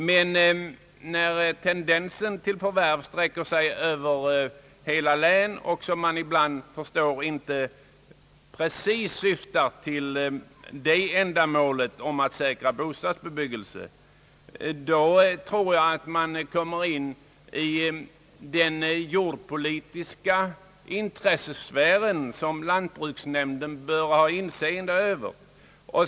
Men när förvärv sträcker sig över hela län och inte precis syftar till bostadsbebyggelse, då ingriper man i den jordpolitiska intressesfär, som = lantbruksnämnden har inseende över.